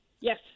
Yes